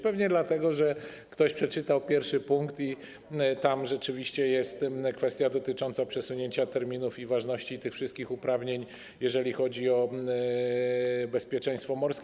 Pewnie dlatego, że ktoś przeczytał pierwszy punkt, a tam rzeczywiście jest kwestia dotycząca przesunięcia terminów ważności tych wszystkich uprawnień, jeżeli chodzi o bezpieczeństwo morskie.